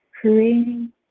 creating